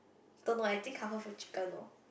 don't know I think comfort food chicken orh